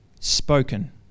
Spoken